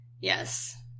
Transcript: Yes